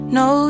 no